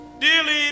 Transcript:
Dearly